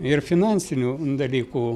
ir finansinių dalykų